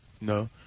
No